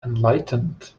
enlightened